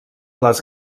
les